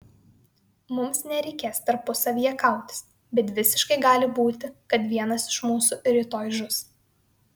mums nereikės tarpusavyje kautis bet visiškai gali būti kad vienas iš mūsų rytoj žus